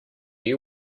you